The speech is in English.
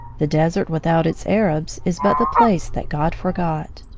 the desert, without its arabs, is but the place that god forgot.